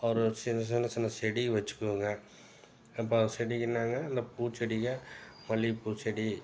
ஒரு சின்னச் சின்னச் சின்னச் செடி வச்சிக்குவங்க இப்போ செடிக்குன்னாங்க இந்தப் பூச்செடிகள் மல்லிப்பூச் செடி